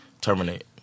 terminate